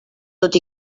tot